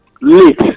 late